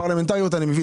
פרלמנטריות אני מבין,